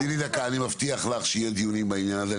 אני מבטיח לך שיהיו דיונים בעניין הזה.